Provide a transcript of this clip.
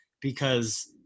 because-